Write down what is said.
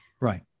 Right